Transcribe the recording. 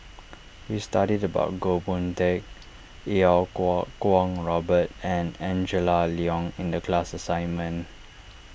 we studied about Goh Boon Teck Iau Kuo Kwong Robert and Angela Liong in the class assignment